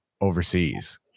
overseas